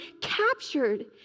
captured